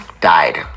died